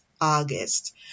August